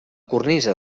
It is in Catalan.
cornisa